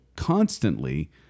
constantly